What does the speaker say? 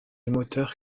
moteur